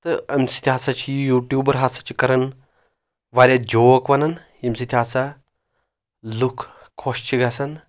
تہٕ اَمہِ سۭتۍ ہسا چھِ یہِ یوٗٹیوٗبر ہسا چھِ کران واریاہ جوک ونان ییٚمہِ سۭتۍ ہسا لُکھ خۄش چھِ گژھان